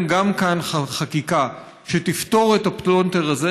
גם כאן חקיקה שתפתור את הפלונטר הזה,